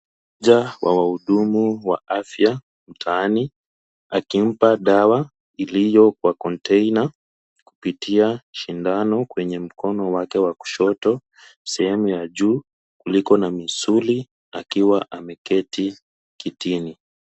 Mmoja wa wahudumu wa afya mtaani akimpa dawa iliyo kwa konteina kupitia sindano kwenye mkono wake wa kushoto sehemu ya juu kuliko na misuli akiwa ameketi kitini.